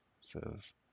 says